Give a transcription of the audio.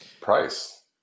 price